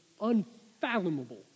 unfathomable